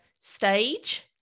stage